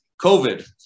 COVID